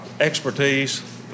expertise